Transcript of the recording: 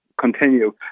continue